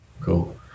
Cool